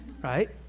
Right